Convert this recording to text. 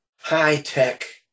high-tech